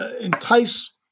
entice